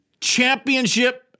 championship